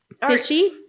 Fishy